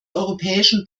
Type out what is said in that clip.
europäischen